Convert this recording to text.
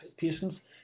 patients